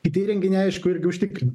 kiti įrenginiai aišku irgi užtikrina